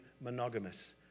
monogamous